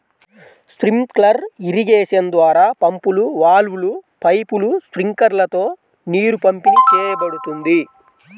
sprinkler irrigation ద్వారా పంపులు, వాల్వ్లు, పైపులు, స్ప్రింక్లర్లతో నీరు పంపిణీ చేయబడుతుంది